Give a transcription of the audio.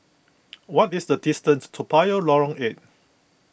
what is the distance to Toa Payoh Lorong eight